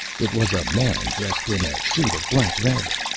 it was a man dressed in a suit of black velvet,